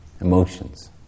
Emotions